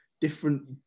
different